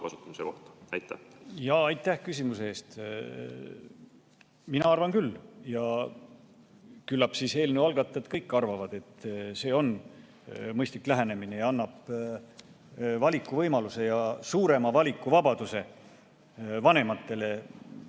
Aitäh küsimuse eest! Mina arvan küll ja küllap siis eelnõu algatajad kõik arvavad, et see on mõistlik lähenemine ja annab valikuvõimaluse ja suurema valikuvabaduse vanematele